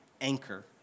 anchor